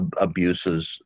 abuses